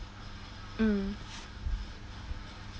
mm